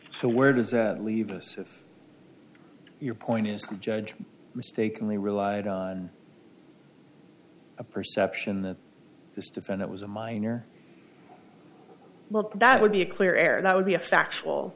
so where does that leave most of your point is the judge mistakenly relied on a perception that this defendant was a minor well that would be a clear air that would be a factual